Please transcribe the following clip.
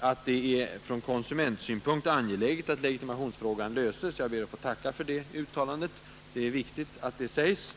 att det från konsumentsynpunkt är angeläget att legitimationsfrågan löses. Jag ber att få tacka för det uttalandet. Det är viktigt att detta säges.